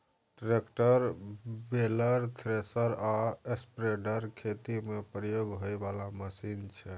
tractor, baler, thresher आ spreader खेती मे प्रयोग होइ बला मशीन छै